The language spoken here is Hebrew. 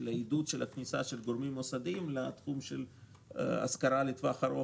לעידוד כניסה של גורמים מוסדיים לתחום של השכרה לטווח ארוך.